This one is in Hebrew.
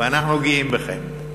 ואנחנו גאים בכם.